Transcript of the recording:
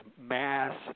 mass